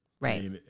Right